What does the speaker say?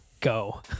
go